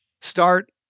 start